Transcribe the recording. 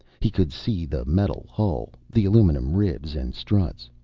he could see the metal hull, the aluminum ribs and struts.